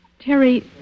Terry